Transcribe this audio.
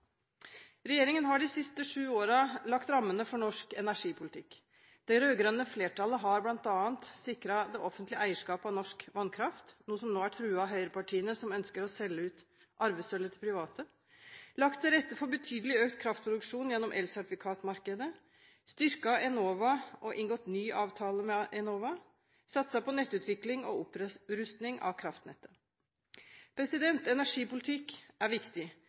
Regjeringen har de siste sju årene lagt rammene for norsk energipolitikk. Det rød-grønne flertallet har bl.a. sikret det offentlige eierskapet av norsk vannkraft, noe som nå er truet av høyrepartiene, som ønsker å selge ut arvesølvet til private lagt til rette for betydelig økt kraftproduksjon gjennom elsertifikatmarkedet styrket Enova og inngått ny avtale med Enova satset på nettutvikling og opprusting av kraftnettet Energipolitikk er viktig.